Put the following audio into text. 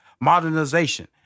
Modernization